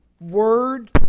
Word